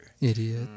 Idiot